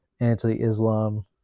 Anti-Islam